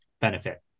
benefit